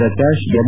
Prakash M